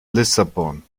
lissabon